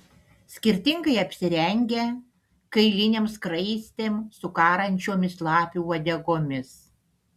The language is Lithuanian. skirtingai apsirengę kailinėm skraistėm su karančiomis lapių uodegomis